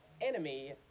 enemy